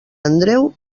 andreu